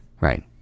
Right